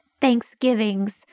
Thanksgivings